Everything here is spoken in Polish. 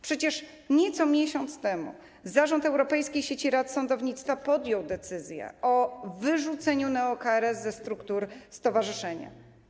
Przecież miesiąc temu zarząd Europejskiej Sieci Rad Sądownictwa podjął decyzję o wyrzuceniu neo-KRS ze struktur stowarzyszenia.